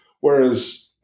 whereas